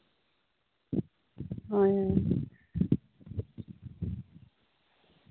ᱦᱳᱭ